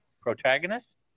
Protagonist